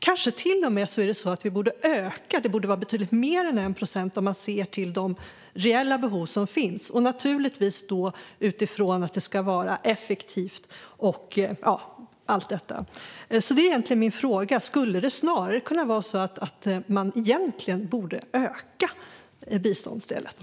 Kanske borde vi därför till och med öka biståndet till betydligt mer än 1 procent sett till de reella behoven, givetvis utifrån att det ska vara effektivt och så vidare. Min fråga är alltså: Borde man egentligen öka biståndsdelen?